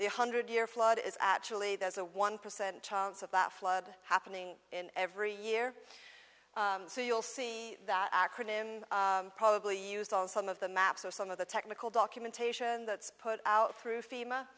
the hundred year flood is actually there's a one percent chance of that flood happening in every year so you'll see that acronym probably used on some of the maps or some of the technical documentation that's put out through fema